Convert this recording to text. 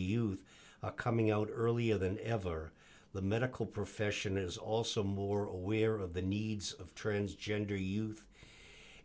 youth coming out earlier than ever the medical profession is also more aware of the needs of transgender youth